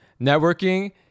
Networking